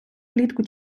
влітку